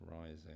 Rising